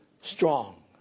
strong